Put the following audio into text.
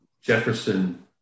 Jefferson